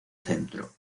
centro